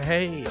Hey